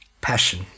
passion